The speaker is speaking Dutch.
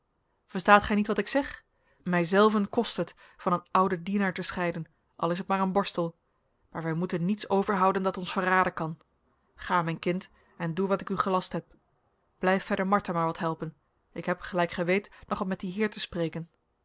verstaat gij niet wat ik zeg mijzelven kost het van een ouden dienaar te scheiden al is het maar een borstel maar wij moeten niets overhouden dat ons verraden kan ga mijn kind en doe wat ik u gelast heb blijf verder martha maar wat helpen ik heb gelijk gij weet nog wat met dien heer te spreken